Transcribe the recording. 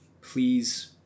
please